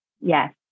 Yes